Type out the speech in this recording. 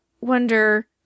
wonder